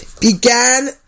Began